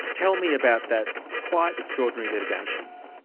tell me about that quite extraordinary litigation.